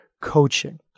coaching